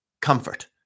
comfort